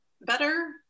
better